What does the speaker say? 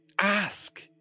ask